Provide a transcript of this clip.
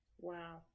Wow